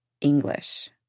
English